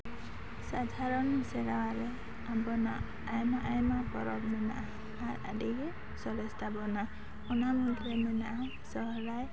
ᱥᱟᱫᱷᱟᱨᱚᱱ ᱥᱮᱨᱣᱟ ᱨᱮ ᱟᱵᱚᱱᱟᱜ ᱟᱭᱢᱟ ᱟᱭᱢᱟ ᱯᱚᱨᱚᱵᱽ ᱢᱮᱱᱟᱜᱼᱟ ᱟᱨ ᱟᱹᱰᱤ ᱜᱮ ᱥᱚᱨᱮᱥ ᱛᱟᱵᱚᱱᱟ ᱚᱱᱟ ᱢᱩᱫᱽ ᱨᱮ ᱢᱮᱱᱟᱜᱼᱟ ᱥᱚᱨᱦᱟᱭ